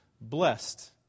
Blessed